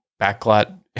backlot